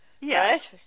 yes